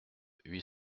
huit